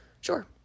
sure